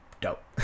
dope